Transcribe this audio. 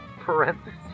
parentheses